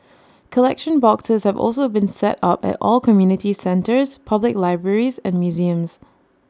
collection boxes have also been set up at all community centres public libraries and museums